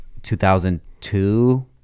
2002